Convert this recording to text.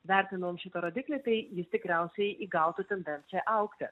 vertinanom šį rodiklį tai jis tikriausiai įgautų tendenciją augti